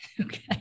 okay